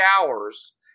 hours